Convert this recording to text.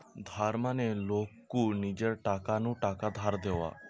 ধার মানে লোক কু নিজের টাকা নু টাকা ধার দেওয়া